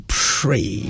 pray